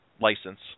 license